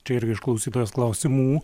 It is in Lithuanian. čia irgi iš klausytojos klausimų